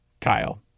Kyle